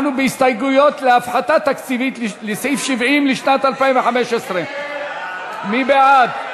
אנחנו בהסתייגויות להפחתה תקציבית לסעיף 70 לשנת 2015. מי בעד?